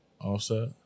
Offset